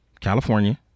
California